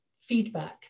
feedback